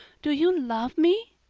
do you love me?